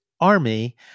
army